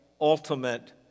ultimate